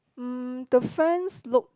mm the fans look